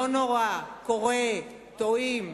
לא נורא, קורה, טועים.